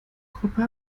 gruppe